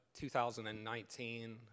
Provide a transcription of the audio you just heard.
2019